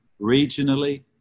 regionally